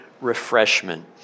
refreshment